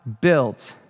built